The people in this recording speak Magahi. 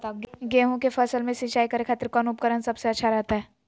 गेहूं के फसल में सिंचाई करे खातिर कौन उपकरण सबसे अच्छा रहतय?